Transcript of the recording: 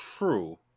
True